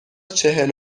چهل